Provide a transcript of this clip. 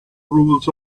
rules